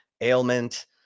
ailment